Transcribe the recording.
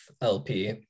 lp